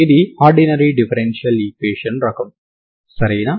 ఇది ordinary differential equation రకం సరేనా